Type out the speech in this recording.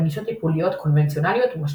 גישות טיפוליות קונבנציונליות ומשלימות.